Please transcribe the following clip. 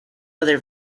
other